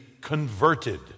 converted